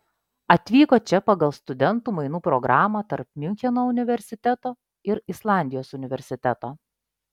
atvyko čia pagal studentų mainų programą tarp miuncheno universiteto ir islandijos universiteto